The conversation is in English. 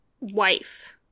wife